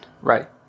Right